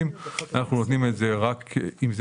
ובממיסים אנחנו נותנים פטור רק אם זה